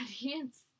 audience